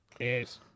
Yes